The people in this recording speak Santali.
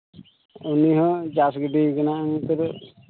ᱤᱱᱟᱹ ᱦᱚᱸ ᱪᱟᱥ ᱜᱤᱰᱤᱭᱟᱠᱟᱱᱟ ᱱᱤᱛ ᱦᱟᱹᱨᱤᱪ